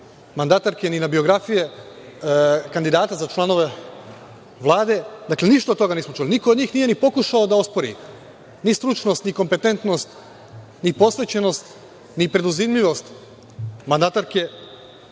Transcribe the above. mandatarke, ni na biografije kandidata za članove Vlade, dakle, ništa od toga nismo čuli. Niko od njih nije ni pokušao da ospori ni stručnost, ni kompetentnost, ni posvećenost, ni preduzimljivost mandatarke,